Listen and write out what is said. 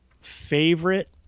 Favorite